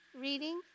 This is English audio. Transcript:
reading